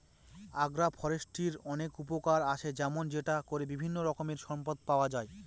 আগ্র ফরেষ্ট্রীর অনেক উপকার আসে যেমন সেটা করে বিভিন্ন রকমের সম্পদ পাওয়া যায়